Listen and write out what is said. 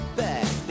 back